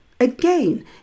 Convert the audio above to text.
Again